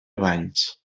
balls